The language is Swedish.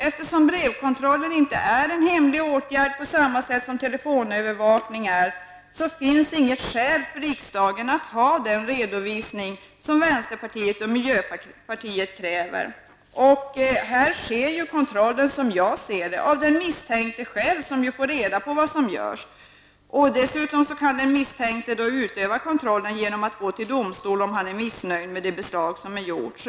Eftersom brevkontroll inte är en hemlig åtgärd på samma sätt som telefonavlyssning, finns det inget skäl för riksdagen att begära den redovisning som vänsterpartiet och miljöpartiet kräver. Här sker kontrollen, som jag ser det, av den misstänkte själv, som får reda på vad som görs. Dessutom kan den misstänkte utöva kontrollen genom att gå till domstol, om han inte är nöjd med det gjorda beslaget.